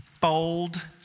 bold